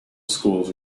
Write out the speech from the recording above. schools